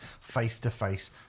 face-to-face